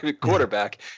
quarterback